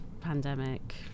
pandemic